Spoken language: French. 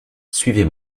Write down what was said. suivez